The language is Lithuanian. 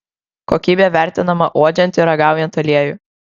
kokybė vertinama uodžiant ir ragaujant aliejų